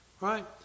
Right